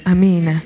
Amen